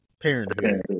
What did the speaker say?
Parenthood